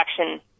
action